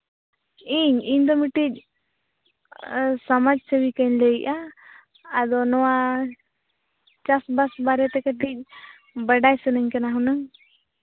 ᱤᱧ ᱤᱧᱫᱚ ᱢᱤᱫᱴᱤᱡ ᱥᱚᱢᱟᱡᱽ ᱥᱮᱵᱤᱠᱟᱧ ᱞᱟᱹᱭ ᱮᱫᱼᱟ ᱟᱫᱚ ᱱᱚᱣᱟ ᱪᱟᱥᱼᱵᱟᱥ ᱵᱟᱨᱮᱛᱮ ᱠᱟᱹᱴᱤᱡ ᱵᱟᱰᱟᱭ ᱥᱟᱱᱟᱧ ᱠᱟᱱᱟ ᱦᱩᱱᱟᱹᱝ